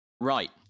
Right